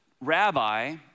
rabbi